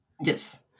Yes